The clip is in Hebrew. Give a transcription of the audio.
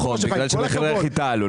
נכון, בגלל שמחירי החיטה עלו.